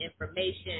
information